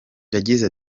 yagize